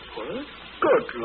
Good